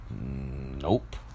Nope